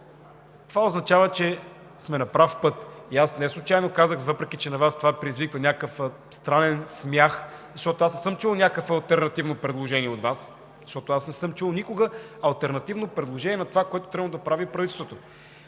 означава, че сме на прав път. Аз неслучайно казах, въпреки че във Вас това предизвика някакъв странен смях, защото не съм чул някакво алтернативно предложение от Вас. Защото никога не съм чул алтернативно предложение на това, което е тръгнало да прави правителството.